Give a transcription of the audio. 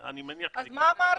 אז מה אמרתי?